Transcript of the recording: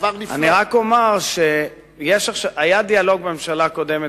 אני רק אומר שהיה דיאלוג בממשלה הקודמת